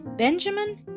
Benjamin